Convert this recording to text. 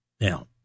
Now